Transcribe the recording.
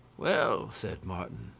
well, said martin,